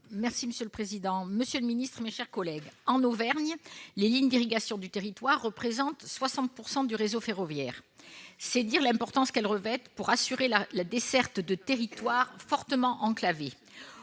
Monsieur le secrétaire d'État, mes chers collègues, en Auvergne, les lignes d'irrigation du territoire représentent 60 % du réseau ferroviaire. C'est dire l'importance qu'elles revêtent pour assurer la desserte de territoires fortement enclavés.